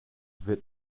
wird